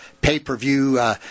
Pay-per-view